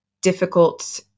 difficult